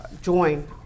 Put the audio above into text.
join